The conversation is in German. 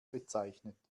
bezeichnet